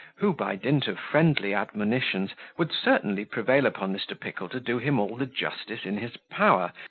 who, by dint of friendly admonitions, would certainly prevail upon mr. pickle to do him all the justice in his power,